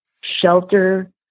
shelter